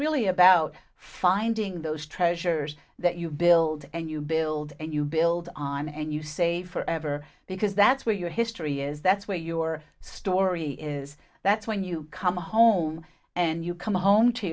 really about finding those treasures that you build and you build and you build on and you say forever because that's where your history is that's where your story is that's when you come home and you come home to